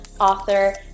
author